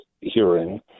hearing